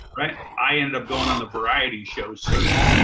right, i ended up going on the variety show circuit.